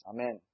Amen